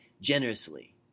generously